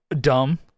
dumb